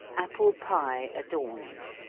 apple pie adorned